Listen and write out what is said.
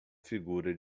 figura